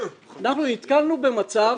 אנחנו נתקלנו במצב